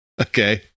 Okay